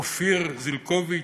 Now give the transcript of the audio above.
אופיר זליקוביץ,